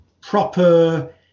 proper